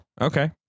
okay